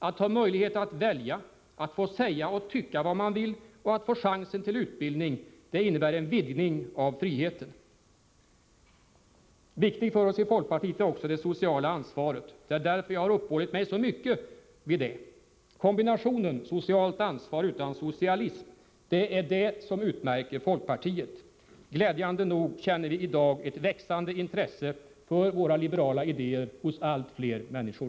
Att ha möjlighet att välja, att få säga och tycka vad man vill och att få chansen till utbildning, det innebär en vidgning av friheten. Viktigt för oss i folkpartiet är också det sociala ansvaret. Det är därför jag har uppehållit mig så mycket vid det. Kombinationen socialt ansvar utan socialism — det är det som utmärker folkpartiet. Glädjande nog känner vi i dag ett växande intresse för våra liberala idéer hos allt fler människor.